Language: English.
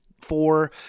four